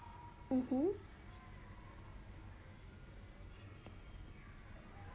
mmhmm